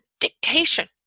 dictation